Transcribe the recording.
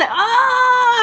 like ah